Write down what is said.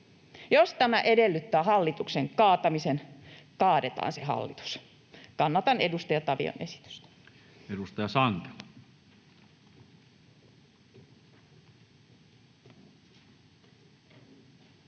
Jos tämä edellyttää hallituksen kaatamista, kaadetaan se hallitus. Kannatan edustaja Tavion esitystä. [Speech